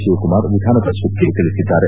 ಶಿವಕುಮಾರ್ ವಿಧಾನ ಪರಿಷತ್ಗೆ ತಿಳಿಸಿದ್ದಾರೆ